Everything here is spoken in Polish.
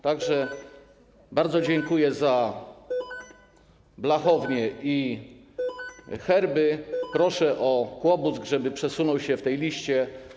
Tak że bardzo dziękuję za Blachownię i Herby, proszę o Kłobuck, żeby przesunąć go na tej liście.